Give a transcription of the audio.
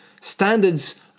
Standards